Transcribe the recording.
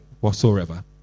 whatsoever